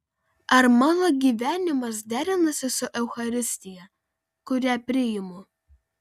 ar mano gyvenimas derinasi su eucharistija kurią priimu